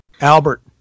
Albert